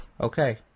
Okay